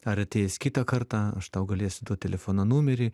ar ateis kitą kartą aš tau galėsiu duot telefono numerį